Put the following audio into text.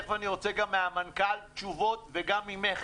ותכף אני ארצה גם מהמנכ"ל תשובות וגם ממך.